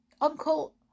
Uncle